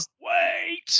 wait